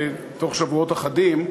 בתוך שבועות אחדים,